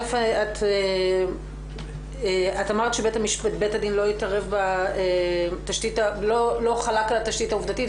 את אמרת שבית הדין לא חלק על התשתית העובדתית,